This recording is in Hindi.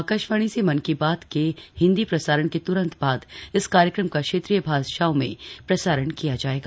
आकाशवाणी से मन की बात के हिंदी प्रसारण के त्रन्त बाद इस कार्यक्रम का क्षेत्रीय भाषाओं में प्रसारण किया जायेगा